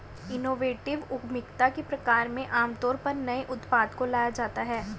innovative उद्यमिता के प्रकार में आमतौर पर नए उत्पाद को लाया जाता है